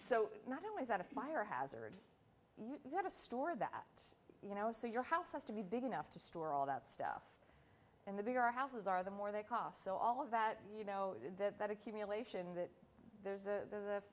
so not only is that a fire hazard that a store that you know so your house has to be big enough to store all that stuff and the bigger houses are the more they cost so all of that you know that accumulation that there's